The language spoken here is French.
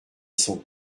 sont